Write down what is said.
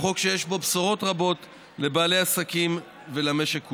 חוק שיש בו בשורות רבות לבעלי עסקים ולמשק כולו.